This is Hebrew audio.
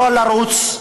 לא לרוץ,